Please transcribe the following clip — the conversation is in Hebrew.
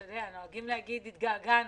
התגעגענו.